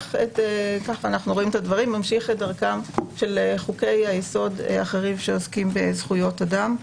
ממשיך את דרכם של חוקי היסוד האחרים שעוסקים בזכויות אדם.